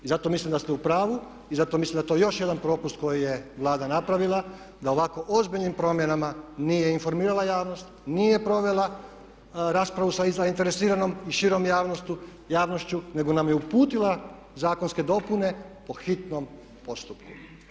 I zato mislim da ste u pravu i zato mislim da je to još jedan propust koji je Vlada napravila da ovako ozbiljnim promjenama nije informirala javnost, nije provela raspravu sa zainteresiranom i širom javnošću nego nam je uputila zakonske dopune po hitnom postupku.